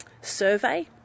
survey